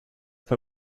bei